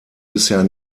bisher